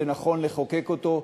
זה נכון לחוקק אותו.